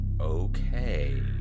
Okay